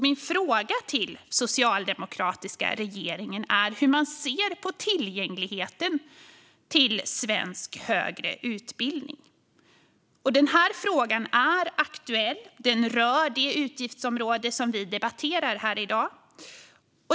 Min fråga till den socialdemokratiska regeringen är: Hur ser man på tillgängligheten till svensk högre utbildning? Frågan är aktuell och rör det utgiftsområde som vi debatterar här i dag.